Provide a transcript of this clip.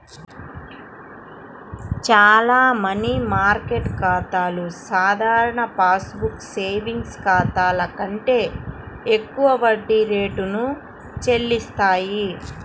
చాలా money market ఖాతాలు సాధారణ పాస్ బుక్ సేవింగ్స్ ఖాతాల కంటే ఎక్కువ వడ్డీ రేటును చెల్లిస్తాయి